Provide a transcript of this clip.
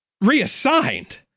Reassigned